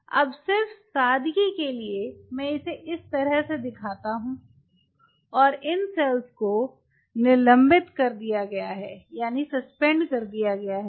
अब सिर्फ सादगी के लिए मैं इसे इस तरह से दिखता हूँ और इन सेल्स को निलंबित कर दिया गया है